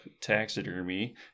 taxidermy